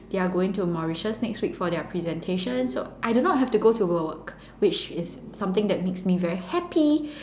they're going to Mauritius next week for their presentation so I do not have to go to work which is something that makes me very happy